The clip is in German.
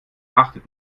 achtet